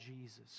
Jesus